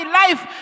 life